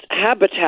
habitat